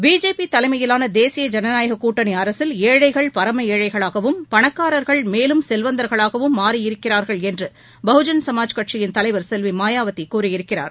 BJP தலைமையிலான தேசிய ஜனநாயக கூட்டணி அரசில் ஏழைகள் பரம ஏழைகளாகவும் பணக்காரா்கள் மேலும் செல்வந்தர்களாகவும் மாறியிருக்கிறா்கள் என்று பகுஜன் சமாஜ் கட்சியின் தலைவா் செல்வி மாயாவதி கூறியிருக்கிறார்